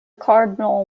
cardinal